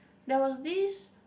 there was this